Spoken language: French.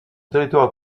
territoire